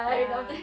ya